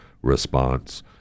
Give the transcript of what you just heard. response